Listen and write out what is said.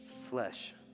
flesh